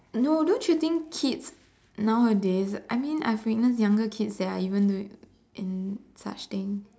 no don't you think kids nowadays I mean I witness younger kids that are even in such things